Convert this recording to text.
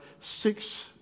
six